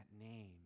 name